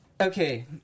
okay